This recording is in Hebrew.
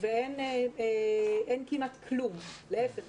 ואין כמעט כלום להיפך,